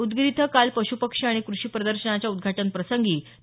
उदगीर इथं काल पश्पक्षी आणि कृषी प्रदर्शनाच्या उद्घाटन प्रसंगी ते बोलत होते